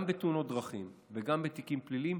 גם בתאונות דרכים וגם בתיקים פליליים,